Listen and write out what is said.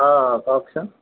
অঁ কওকচোন